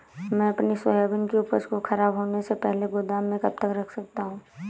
मैं अपनी सोयाबीन की उपज को ख़राब होने से पहले गोदाम में कब तक रख सकता हूँ?